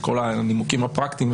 וכל הנימוקים הפרקטיים,